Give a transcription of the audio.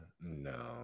No